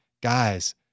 guys